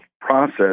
process